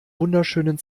wunderschönen